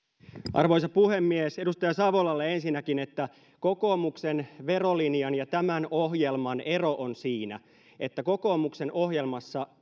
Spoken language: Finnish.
arvoisa puhemies edustaja savolalle ensinnäkin että kokoomuksen verolinjan ja tämän ohjelman ero on siinä että kokoomuksen ohjelmassa